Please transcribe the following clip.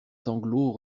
sanglots